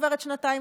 עוברות שנתיים,